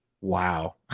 wow